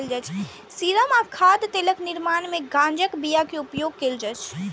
serum आ खाद्य तेलक निर्माण मे गांजाक बिया के उपयोग कैल जाइ छै